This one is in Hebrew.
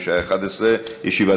בשעה 11:00. ישיבה